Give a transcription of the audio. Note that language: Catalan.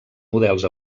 models